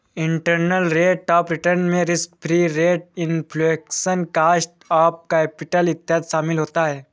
internal rate of return में risk free rate, inflation, cost of capital इत्यादि शामिल होता है